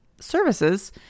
services